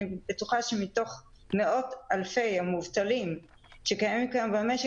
אני בטוחה שמתוך מאות אלפי המובטלים שקיימים כיום במשק,